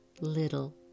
Little